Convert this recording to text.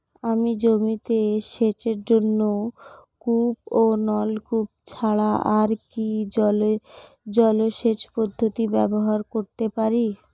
আমি জমিতে সেচের জন্য কূপ ও নলকূপ ছাড়া আর কি জলসেচ পদ্ধতি ব্যবহার করতে পারি?